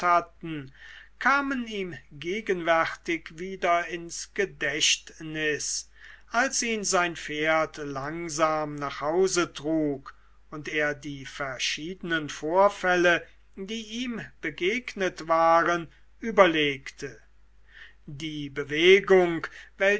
kamen ihm gegenwärtig wieder ins gedächtnis als ihn sein pferd langsam nach hause trug und er die verschiedenen vorfälle die ihm begegnet waren überlegte die bewegung